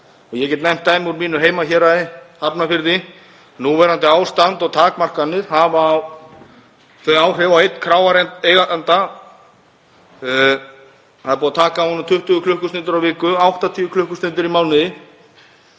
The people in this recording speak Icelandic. Ég get nefnt dæmi úr mínu heimahéraði, Hafnarfirði. Núverandi ástand og takmarkanir hafa þau áhrif á einn kráareiganda að það er búið að taka af honum 20 klukkustundir á viku, 80 klukkustundir í mánuði,